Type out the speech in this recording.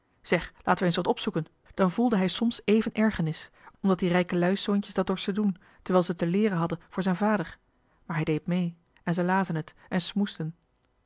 zeg laten we eens wat opzoeken dan voelde hij soms even ergernis omdat die rijkeluis zoontjes dat dorsten doen terwijl ze te leeren hadden voor zijn vader maar hij deed mee en ze lazen t en smoesden